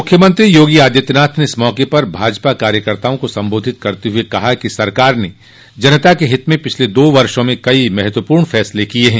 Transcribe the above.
मुख्यमंत्री योगी आदित्यनाथ ने इस मौके पर भाजपा कार्यकर्ताओं को संबोधित करते हुए कहा कि सरकार ने जनता के हित में पिछले दो वर्षो में कई महत्वपूर्ण फैसले लिये हैं